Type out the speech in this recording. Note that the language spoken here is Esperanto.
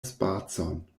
spacon